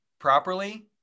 properly